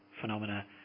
phenomena